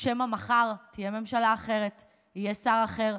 שמא מחר תהיה ממשלה אחרת ויהיה שר אחר,